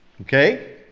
Okay